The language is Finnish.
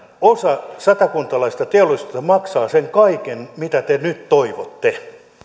osa satakuntalaisesta teollisuudesta maksaa sen kaiken mitä te nyt toivotte